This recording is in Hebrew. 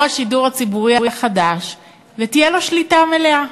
או "השידור הציבורי החדש", ותהיה לו שליטה מלאה.